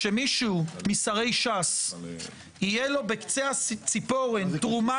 כשמישהו משרי ש"ס יהיה לו בקצה הציפורן תרומה